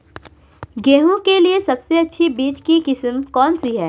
गेहूँ के लिए सबसे अच्छी बीज की किस्म कौनसी है?